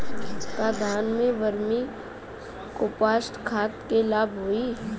का धान में वर्मी कंपोस्ट खाद से लाभ होई?